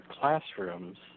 classrooms